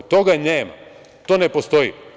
Toga nema, to ne postoji.